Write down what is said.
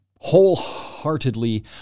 wholeheartedly